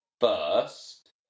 first